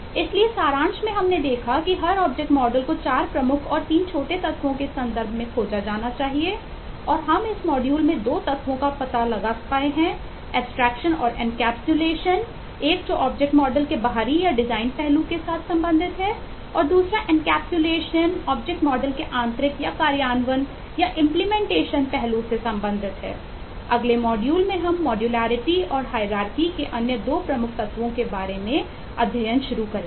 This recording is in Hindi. इसलिए सारांश में हमने देखा कि हर ऑब्जेक्ट मॉडल के अन्य 2 प्रमुख तत्वों के बारे में अध्ययन करेंगे